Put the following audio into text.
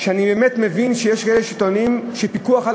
שאני באמת מבין שיש כאלה שטוענים שפיקוח על